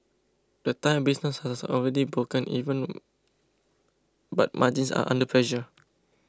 the Thai business has already broken even but margins are under pressure